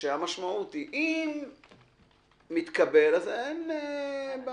שהמשמעות היא: אם מתקבל, אז אין בעיה.